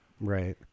Right